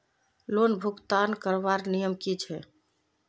Loan भुगतान करवार नियम की छे?